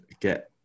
get